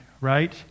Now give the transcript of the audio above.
right